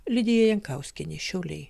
lidija jankauskienė šiauliai